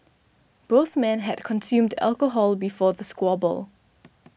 both men had consumed alcohol before the squabble